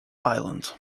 island